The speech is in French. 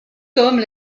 tomes